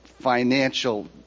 financial